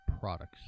products